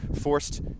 forced